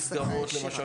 למשל,